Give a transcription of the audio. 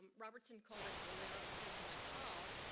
robertson called it bolero sentimental,